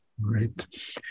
right